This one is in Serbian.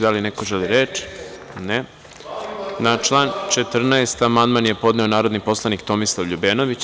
Da li neko želi reč? (Ne.) Na član 14. amandman je podneo narodni poslanik Tomislav Ljubenović.